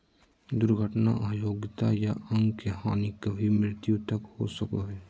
दुर्घटना अयोग्यता या अंग के हानि कभी मृत्यु तक हो सको हइ